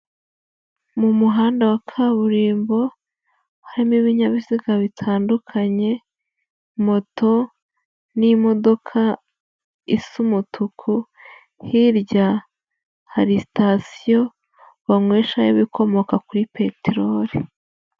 Mu muhanda wa kaburimbo, harimo ibinyabiziga bitandukanye, moto n'imodoka isa umutuku, hirya hari sitasiyo banyweshaho ibikomoka kuri peteroli.